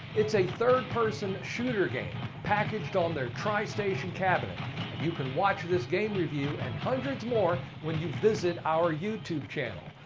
it's a third-person shooter game packaged on their tristation cabinet, and you can watch this game review and hundreds more when you visit our youtube channel.